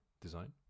design